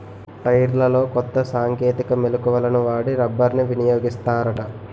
టైర్లలో కొత్త సాంకేతిక మెలకువలను వాడి రబ్బర్ని వినియోగిస్తారట